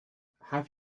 have